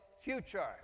future